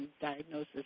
diagnosis